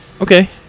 okay